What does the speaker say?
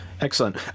Excellent